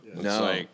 No